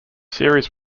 series